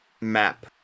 map